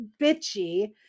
bitchy